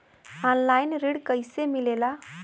Online ऋण कैसे मिले ला?